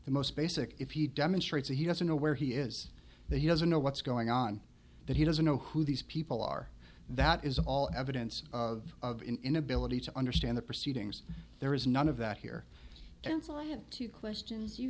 the most basic if he demonstrates that he doesn't know where he is that he doesn't know what's going on that he doesn't know who these people are that is all evidence of inability to understand the proceedings there is none of that here counsel i have two questions you